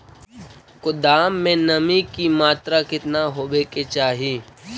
गोदाम मे नमी की मात्रा कितना होबे के चाही?